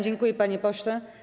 Dziękuję, panie pośle.